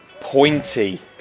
pointy